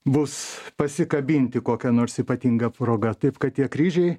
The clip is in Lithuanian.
bus pasikabinti kokia nors ypatinga proga taip kad tie kryžiai